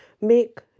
make